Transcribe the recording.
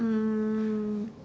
mm